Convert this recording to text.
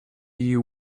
you